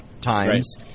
times